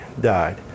died